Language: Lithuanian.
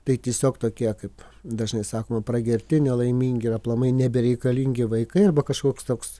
tai tisiog tokie kaip dažnai sakoma pragerti nelaimingi ir aplamai nebereikalingi vaikai arba kažkoks toks